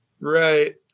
Right